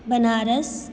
Banaras